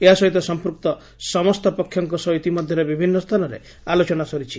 ଏହାସହିତ ସଂପୂକ୍ତ ସମସ୍ତ ପକ୍ଷଙ୍କ ସହ ଇତିମଧ୍ୟରେ ବିଭିନ୍ନ ସ୍ଥାନରେ ଆଲୋଚନା ସରିଛି